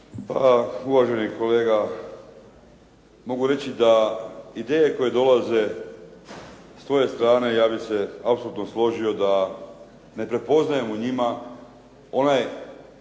Pa uvaženi kolega, mogu reći da ideje koje dolaze sa tvoje strane, ja bih se apsolutno složio da ne prepoznajem u njima onaj